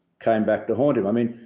came back to haunt him. i mean,